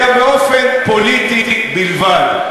אלא באופן פוליטי בלבד,